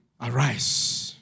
Arise